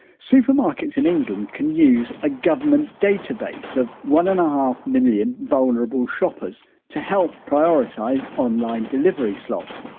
supermarkets in england can use a government database of one and a half million vulnerable shoppers to help prioritise online delivery slots.